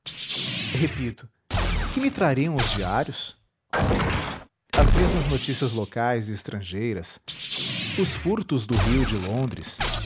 repito que me trariam os diários as mesmas notícias locais e estrangeiras os furtos do rio e de londres